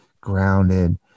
grounded